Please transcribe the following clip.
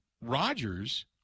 Rodgers